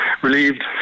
relieved